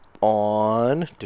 on